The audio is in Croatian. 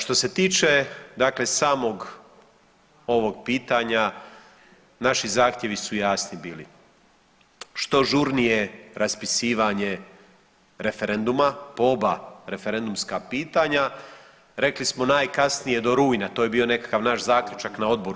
Što se tiče dakle samog ovog pitanja naši zahtjevi su jasni bili, što žurnije raspisivanje referenduma po oba referendumska pitanja, rekli smo najkasnije do rujna, to je bio nekakav naš zaključak na odboru.